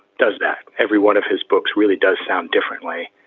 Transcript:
does, that every one of his books really does sound differently,